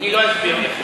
אל תתעצבן, כוס מים קרים.